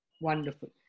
Wonderful